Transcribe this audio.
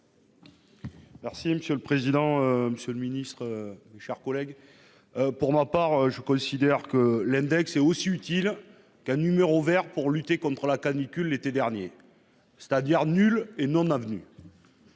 Merci monsieur le président, Monsieur le Ministre, mes chers collègues. Pour ma part je considère que l'index et aussi utile qu'un numéro Vert pour lutter contre la canicule l'été dernier. C'est-à-dire nulle et non avenue.